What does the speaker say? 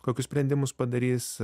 kokius sprendimus padarys